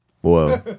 Whoa